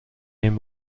این